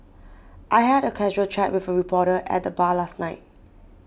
I had a casual chat with a reporter at the bar last night